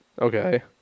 Okay